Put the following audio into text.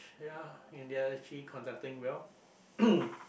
ya and they're actually conducting real